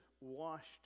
washed